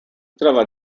trova